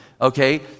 Okay